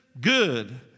good